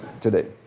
today